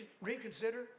reconsider